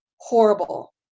horrible